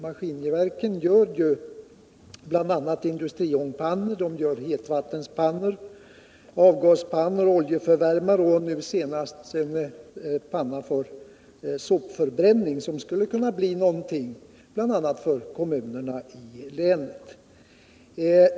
Maskinverken gör bl.a. industriångpannor, hetvattenpannor, avgaspannor, oljeförbrännare och nu senast en panna för sopförbränning, som skulle kunna bli en produkt bl.a. för kommunerna i länet.